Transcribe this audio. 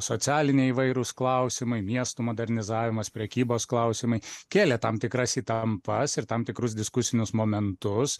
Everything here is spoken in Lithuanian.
socialiniai įvairūs klausimai miestų modernizavimas prekybos klausimai kėlė tam tikras įtampas ir tam tikrus diskusinius momentus